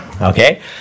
okay